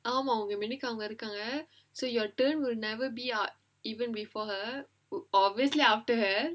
ஆமா உங்க முன்னைக்கு அவங்க இருக்காங்க:aamaa unga munnaikku avanga irukkaanga so your turn will never be ah even before her obviously after her